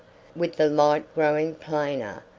with the light growing plainer,